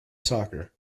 soccer